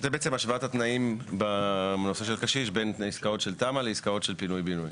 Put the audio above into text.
מדובר בהשוואת התנאים בין עסקאות של תמ"א לעסקאות של פינוי-בינוי.